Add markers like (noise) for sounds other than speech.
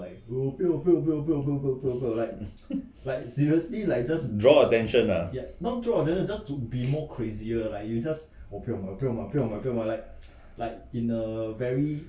(laughs) draw attention ah